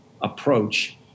approach